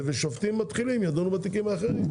ושופטים מתחילים ידונו בתיקים אחרים.